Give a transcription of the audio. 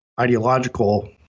ideological